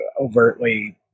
overtly